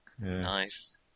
Nice